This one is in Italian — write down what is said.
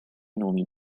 nomi